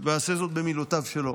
ואעשה זאת במילותיו שלו.